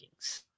rankings